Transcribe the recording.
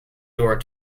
door